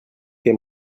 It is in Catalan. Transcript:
que